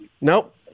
Nope